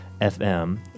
FM